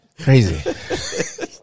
crazy